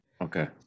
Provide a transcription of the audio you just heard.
Okay